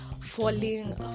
falling